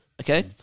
Okay